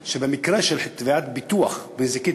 שבמקרה של תביעת ביטוח נזיקית,